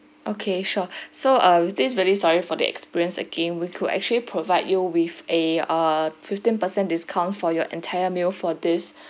okay sure so err with this really sorry for the experience again we could actually provide you with a err fifteen percent discount for your entire meal for this